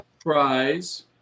prize